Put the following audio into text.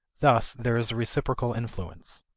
thus there is a reciprocal influence.